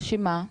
של מה?